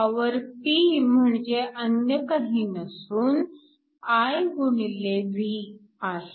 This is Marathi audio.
पॉवर P म्हणजे अन्य काही नसून I x V आहे